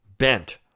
bent